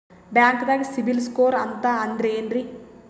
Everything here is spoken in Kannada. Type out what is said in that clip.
ಬ್ಯಾಂಕ್ದಾಗ ಸಿಬಿಲ್ ಸ್ಕೋರ್ ಅಂತ ಅಂದ್ರೆ ಏನ್ರೀ?